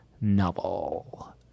novel